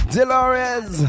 Delores